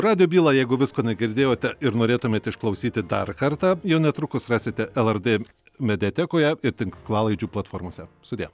radijo bylą jeigu visko negirdėjote ir norėtumėte išklausyti dar kartą jau netrukus rasite lrt mediatekoje ir tinklalaidžių platformose sudie